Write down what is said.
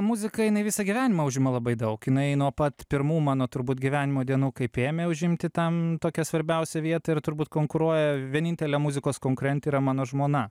muzika jinai visą gyvenimą užima labai daug jinai nuo pat pirmų mano turbūt gyvenimo dienų kaip ėmė užimti tam tokią svarbiausią vietą ir turbūt konkuruoja vienintelė muzikos konkurentė yra mano žmona